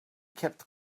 kept